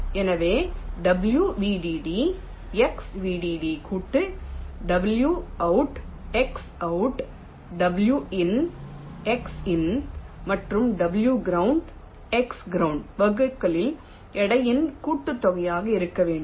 எனவே w vdd x vdd கூட்டு w out x out w in x in மற்றும் w ground x ground வகுக்கலில் எடைகளின் கூட்டுத்தொகையாக இருக்க வேண்டும்